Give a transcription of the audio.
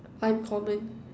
uncommon